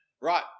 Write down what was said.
Right